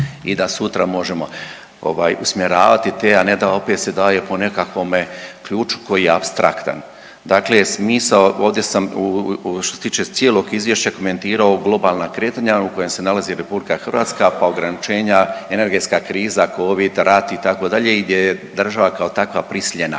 i da sutra možemo usmjeravati te a ne da opet se daje po nekakvom ključu koji je apstraktan. Dakle, smisao, ovdje sam što se tiče cijelog izvješća komentirao globalna kretanja u kojima se nalazi RH pa ograničenja, energetska kriza, covid, rat itd. i gdje je država kao takva prisiljena.